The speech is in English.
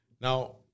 Now